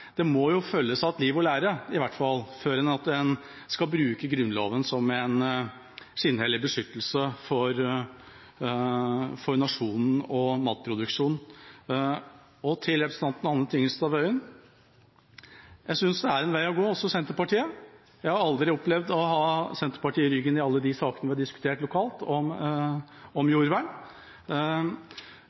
Liv og lære må i hvert fall følges ad før en skal bruke Grunnloven som en skinnhellig beskyttelse for nasjonen og matproduksjonen. Til representanten Anne Tingelstad Wøien og Senterpartiet: Jeg synes det er en vei å gå. Jeg har aldri opplevd å ha Senterpartiet i ryggen i alle de sakene vi har diskutert lokalt om jordvern.